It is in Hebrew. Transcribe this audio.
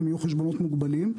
הם היו חשבונות מוגבלים.